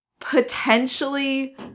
potentially